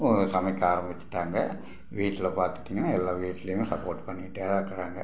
இப்போது சமைக்க ஆரம்மிச்சிட்டாங்க வீட்டில் பார்த்துக்கிட்டிங்கன்னா எல்லா வீட்டிலயும் சப்போர்ட் பண்ணிகிட்டேதான் இருக்கிறாங்க